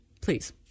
Please